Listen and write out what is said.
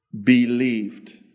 believed